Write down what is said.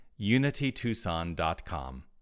unitytucson.com